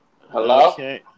Hello